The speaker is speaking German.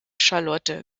charlotte